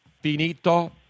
finito